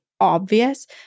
obvious